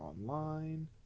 Online